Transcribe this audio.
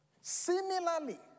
Similarly